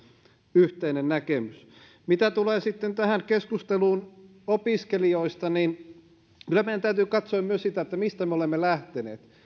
yhteinen näkemys mitä tulee sitten tähän keskusteluun opiskelijoista kyllä meidän täytyy katsoa myös sitä mistä me olemme lähteneet